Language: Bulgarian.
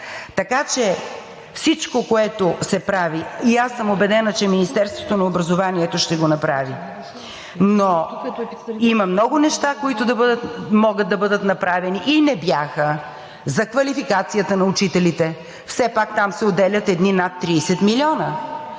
Така че всичко, което се прави, и аз съм убедена, че Министерството на образованието ще го направи, но има много неща, които могат да бъдат направени и не бяха – за квалификацията на учителите, все пак там се отделят едни над 30 милиона.